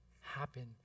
happen